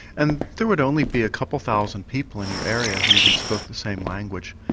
and there would only be a couple of thousand people in your area who even spoke the same language.